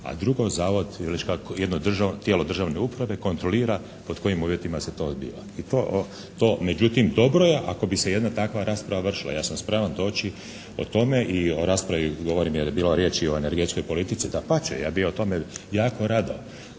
državno tijelo, tijelo državne uprave kontrolira pod kojim uvjetima se to odvija. I to, to međutim dobro je ako bi se jedna takva rasprava vršila. Ja sam spreman doći o tom i o raspravi govorim jer je bilo riječi i o energetskoj politici. Dapače, ja bi o tome jako rado